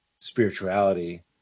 spirituality